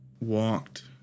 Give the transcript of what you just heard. walked